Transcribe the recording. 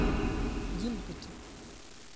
ᱡᱤᱞ ᱯᱤᱴᱷᱟᱹ